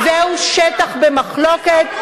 זהו שטח במחלוקת.